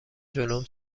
جلوم